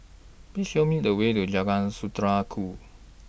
Please Show Me The Way to Jalan Saudara Ku